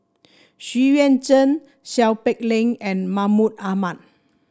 Xu Yuan Zhen Seow Peck Leng and Mahmud Ahmad